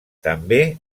també